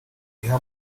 iha